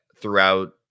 throughout